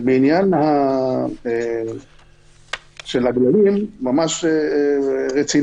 בעניין של הגללים זה ממש רציני.